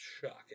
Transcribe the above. shocking